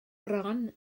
bron